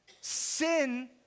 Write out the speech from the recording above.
Sin